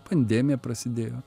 pandemija prasidėjo